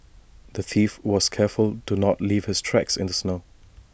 the thief was careful to not leave his tracks in the snow